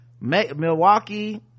Milwaukee